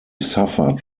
suffered